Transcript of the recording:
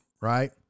right